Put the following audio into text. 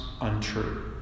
untrue